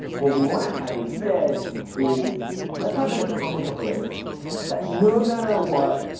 what we want to have instead is let's have an atomic operation that no matter what,